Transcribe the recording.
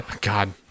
God